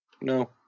No